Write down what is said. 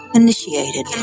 initiated